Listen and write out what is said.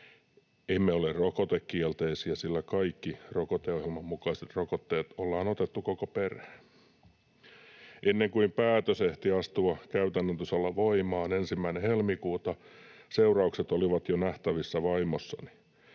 Emme ole rokotekielteisiä, sillä kaikki rokoteohjelman mukaiset rokotteet ollaan otettu koko perhe. Ennen kuin päätös ehti astua käytännön tasolla voimaan 1. helmikuuta, seuraukset olivat jo nähtävissä vaimossani.